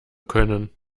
können